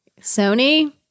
Sony